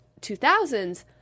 2000s